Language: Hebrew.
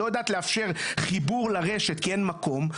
לא יודעת לאפשר חיבור לרשת כי אין מקום,